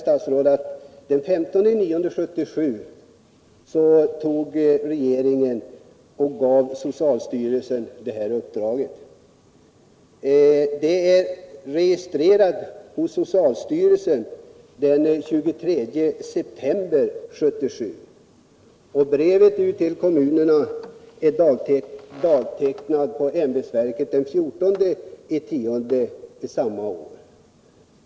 Den 15 september 1977 gav regeringen socialstyrelsen det här uppdraget. Det registrerades hos socialstyrelsen den 23 september 1977. Brevet som gick ut till kommunerna dagtecknades på ämbetsverket den 14 oktober samma år.